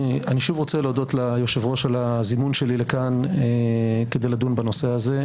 אני שוב רוצה להודות ליושב-ראש על הזימון שלי לכאן כדי לדון בנושא הזה.